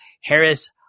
Harris